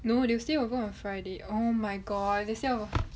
no they will stay over on friday oh my god they stay on the